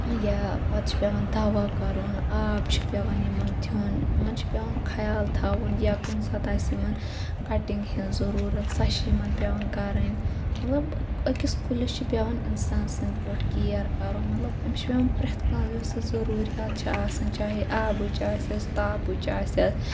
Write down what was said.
یا پَتہٕ چھِ پیوان دَوا کَرُن آب چھُ پیوان یِمَن دیُن یِمَن چھُ پیوان خیال تھاوُن یا کُنہِ ساتہٕ آسہِ یِمَن کَٹِنگ ہٕنزۍ ضروٗرَت سۄ چھِ یِمَن پیوان کَرٕنۍ مطلب أکِس کُلِس چھِ پیوان اِنسان سٕندۍ پٲٹھۍ کِیَر کَرُن مطلب أمِس چھِ پیوان پرٮ۪تھ کانہہ یۄس سۄ ضروٗرِیات چھےٚ آسان چاہے آبٕچ آسٮ۪س تاپٕچ آسٮ۪س